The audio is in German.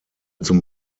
zum